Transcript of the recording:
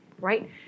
right